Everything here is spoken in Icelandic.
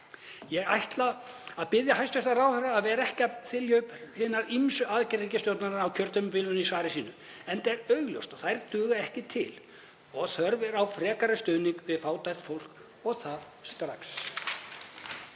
Ég ætla að biðja hæstv. ráðherra að vera ekki að þylja upp hinar ýmsu aðgerðir ríkisstjórnarinnar á kjörtímabilinu í svari sínu, enda er augljóst að þær dugðu ekki til og að þörf er á frekari stuðningi við fátækt fólk og það strax.